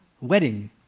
wedding